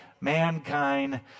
mankind